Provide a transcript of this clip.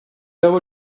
over